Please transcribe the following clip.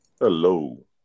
Hello